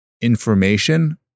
Information